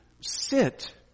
sit